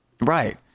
right